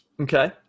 Okay